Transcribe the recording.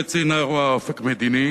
מרצ אינה רואה אופק מדיני